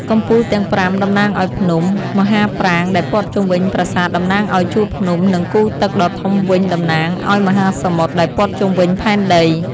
កំពូលទាំងប្រាំតំណាងឱ្យភ្នំ មហាប្រាង្គដែលព័ទ្ធជុំវិញប្រាសាទតំណាងឱ្យជួរភ្នំ និងគូទឹកដ៏ធំវិញតំណាងឱ្យមហាសមុទ្រ ដែលព័ទ្ធជុំវិញផែនដី។